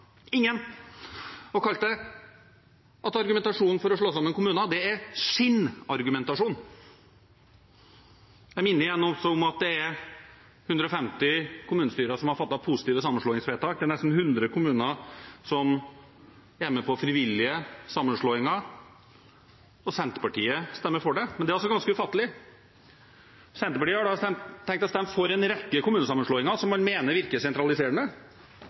ingen holdbare argument for å slå sammen kommuner. Ingen! Hun kalte argumentasjonen for å slå sammen kommuner for skinnargumentasjon. Jeg minner igjen om at 150 kommunestyrer har fattet positive sammenslåingsvedtak, at nesten 100 kommuner er med på frivillige sammenslåinger, og Senterpartiet stemmer for det. Det er ganske ufattelig. Senterpartiet har tenkt å stemme for en rekke kommunesammenslåinger som man mener virker sentraliserende,